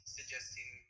suggesting